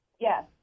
Yes